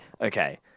okay